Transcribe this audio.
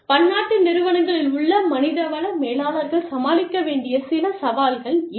பன்னாட்டு நிறுவனங்களில் உள்ள மனிதவள மேலாளர்கள் சமாளிக்க வேண்டிய சில சவால்கள் இவை